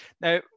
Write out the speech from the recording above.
Now